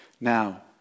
Now